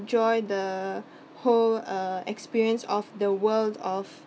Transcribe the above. enjoy the whole uh experience of the world of